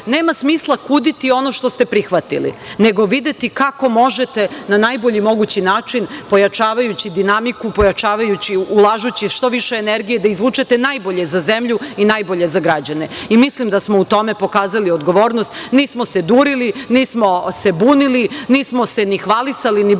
nema smisla kuditi ono što ste prihvatili, nego videti kako možete na najbolji mogući način, pojačavajući dinamiku, ulažući što više energije da izvučete najbolje za zemlju i najbolje za građane i mislim da smo u tome pokazali odgovornost. Nismo se durili, nismo se bunili, nismo se ni hvalisali, ni busali